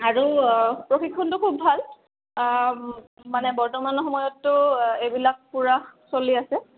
আৰু প্ৰশিক্ষণটো খুব ভাল মানে বৰ্তমান সময়ততো এইবিলাক পুৰা চলি আছে